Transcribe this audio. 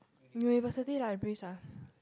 university libraries ah